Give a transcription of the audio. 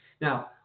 Now